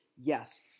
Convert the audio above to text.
Yes